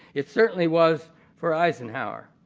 it certainly was for eisenhower.